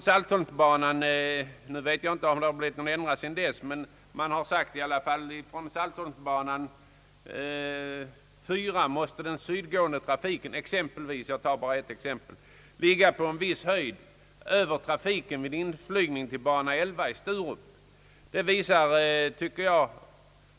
Såvitt det inte har blivit någon ändring på senare tid måste den sydgående trafiken från Saltholmsbana 4, för att ta ett exempel, ligga på en viss höjd över trafiken vid inflygning till bana 11 i Sturup.